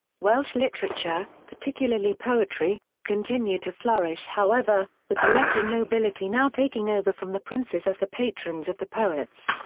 welsh literature, particularly poetry, continued to flourish however, with the lesser nobility now taking over from the princes as the patrons of the poets.